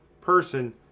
person